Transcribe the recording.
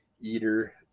Eater